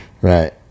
Right